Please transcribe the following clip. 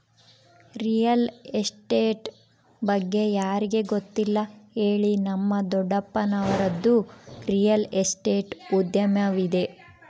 real estate ಬಗ್ಗೆ ಯಾರಿಗೆ ಗೊತ್ತಿಲ್ಲ ಹೇಳಿ, ನಮ್ಮ ದೊಡ್ಡಪ್ಪನವರದ್ದು ರಿಯಲ್ ಎಸ್ಟೇಟ್ ಉದ್ಯಮವಿದೆ